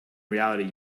reality